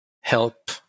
help